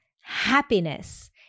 Happiness